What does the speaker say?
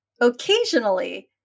occasionally